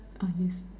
ah yes